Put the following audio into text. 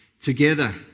together